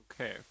Okay